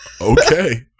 okay